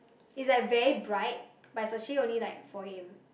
it's like very bright but it's actually only like four A_M